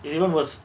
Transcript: it's even worse